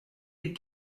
des